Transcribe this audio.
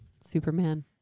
Superman